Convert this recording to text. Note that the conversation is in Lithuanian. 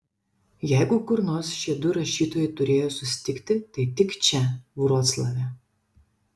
jeigu kur nors šie du rašytojai turėjo susitikti tai tik čia vroclave